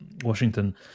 Washington